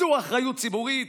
זו אחריות ציבורית?